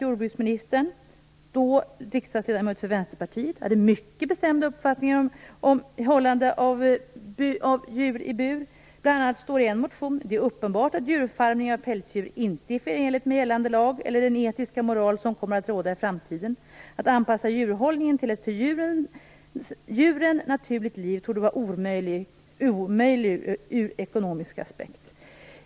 Jordbruksministern, då riksdagsledamot för Vänsterpartiet, hade mycket bestämda uppfattningar om hållande av djur i bur. I en motion framhålls: "Det är uppenbart att djurfarmning av pälsdjur inte är förenligt med gällande lag eller med den etiska moral som kommer att råda i framtiden. Att anpassa djurhållningen till ett för djuren naturligt liv torde vara omöjligt ur ekonomisk aspekt."